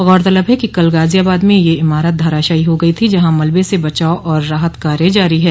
गौरतलब है कि कल गाजियाबाद में यह इमारत धराशायी हो गई थी जहां मलबे से बचाव और राहत कार्य जारी है